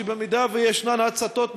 שאם יש הצתות מכוונות,